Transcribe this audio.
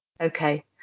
Okay